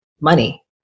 money